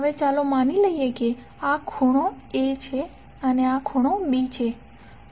હવે ચાલો માની લઈએ કે આ ખૂણો A છે અને આ ખૂણો B છે